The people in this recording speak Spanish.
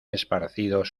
esparcidos